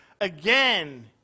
Again